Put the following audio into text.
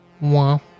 Wow